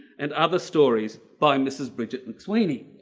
and other stories by mrs. bridget mcsweeney.